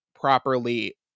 properly